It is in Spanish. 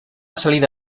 salida